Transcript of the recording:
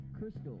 Crystal